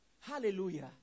Hallelujah